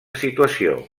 situació